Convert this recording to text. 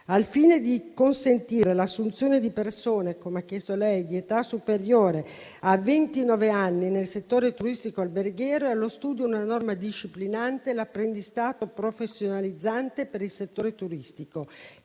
Al fine di consentire l'assunzione di persone - come ha chiesto lei - di età superiore a ventinove anni nel settore turistico alberghiero, è allo studio una norma disciplinante l'apprendistato professionalizzante per il settore turistico,